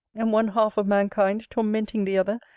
and one half of mankind tormenting the other,